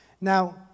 Now